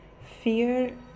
Fear